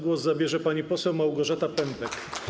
Głos zabierze pani poseł Małgorzata Pępek.